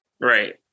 Right